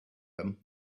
them